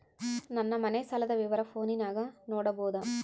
ನನ್ನ ಮನೆ ಸಾಲದ ವಿವರ ಫೋನಿನಾಗ ನೋಡಬೊದ?